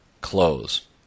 close